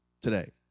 today